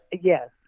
Yes